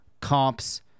comps